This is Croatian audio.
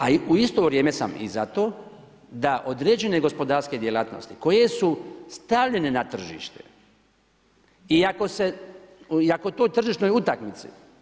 A u isto vrijeme sam i za to, da određene gospodarske djelatnosti koje su stavljene na tržište i ako u toj tržišnoj utakmici.